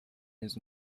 his